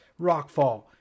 rockfall